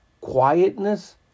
quietness